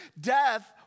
Death